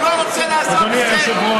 הוא לא רוצה לעשות את זה,